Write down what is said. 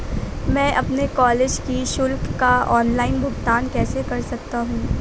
मैं अपने कॉलेज की शुल्क का ऑनलाइन भुगतान कैसे कर सकता हूँ?